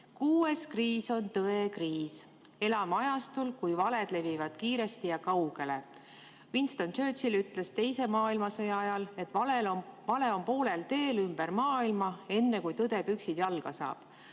"Kuues kriis on tõekriis. Elame ajastul, kus valed levivad kiiresti ja kaugele. Winston Churchill ütles teise maailmasõja ajal, et vale on poolel teel ümber maailma, enne kui tõde püksid jalga saab.